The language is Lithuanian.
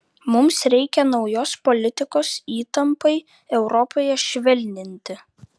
mums reikia naujos politikos įtampai europoje švelninti